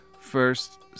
first